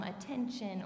attention